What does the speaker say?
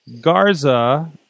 Garza